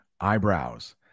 eyebrows